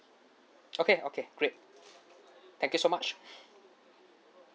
okay okay great thank you so much